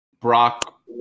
Brock